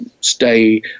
stay